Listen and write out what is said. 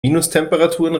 minustemperaturen